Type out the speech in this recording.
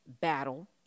battle